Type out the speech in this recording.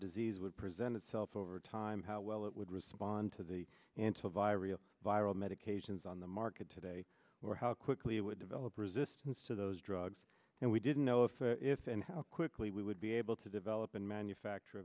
disease would present itself over time how well it would respond to the into viral viral medications on the market today or how quickly it would develop resistance to those drugs and we didn't know if if and how quickly we would be able to develop and manufacture a